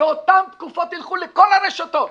באותן תקופות תלכו לכל הרשתות,